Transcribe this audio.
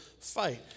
fight